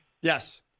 Yes